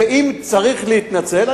ואם צריך להתנצל,